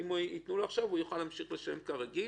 ואם ייתנו לו עכשיו הוא יוכל להמשיך לשלם כרגיל,